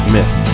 Myth